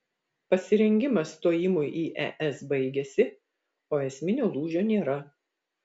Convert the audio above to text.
pasirengimas stojimui į es baigėsi o esminio lūžio nėra